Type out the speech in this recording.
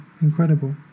incredible